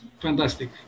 fantastic